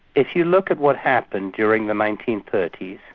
if you look at what happened during the nineteen thirty